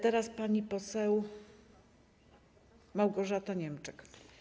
Teraz pani poseł Małgorzata Niemczyk.